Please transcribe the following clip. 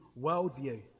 worldview